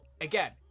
again